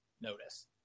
notice